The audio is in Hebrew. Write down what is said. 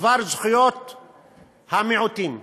בדבר זכויות המיעוטים,